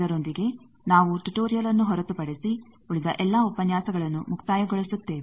ಇದರೊಂದಿಗೆ ನಾವು ಟ್ಯುಟೋರಿಯಲ್ಅನ್ನು ಹೊರತುಪಡಿಸಿ ಉಳಿದ ಎಲ್ಲಾ ಉಪನ್ಯಾಸಗಳನ್ನು ಮುಕ್ತಾಯಗೊಳಿಸುತ್ತೇವೆ